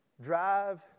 drive